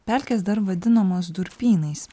pelkės dar vadinamas durpynais